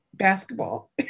basketball